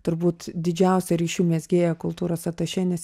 turbūt didžiausia ryšių mezgėja kultūros atašė nes